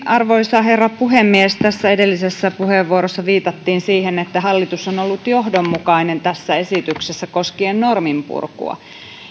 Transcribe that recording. arvoisa herra puhemies tässä edellisessä puheenvuorossa viitattiin siihen että hallitus on ollut johdonmukainen tässä esityksessä koskien norminpurkua